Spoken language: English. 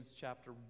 chapter